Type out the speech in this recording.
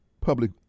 public